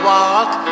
walk